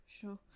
Sure